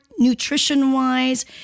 nutrition-wise